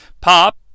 Pop